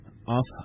off